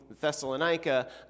Thessalonica